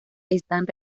están